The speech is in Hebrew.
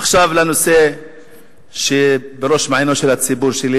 עכשיו לנושא שבראש מעייניו של הציבור שלי,